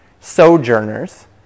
Sojourners